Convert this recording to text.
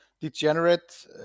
degenerate